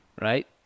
right